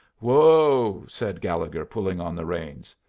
whoa, said gallegher, pulling on the reins.